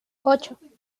ocho